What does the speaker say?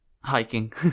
hiking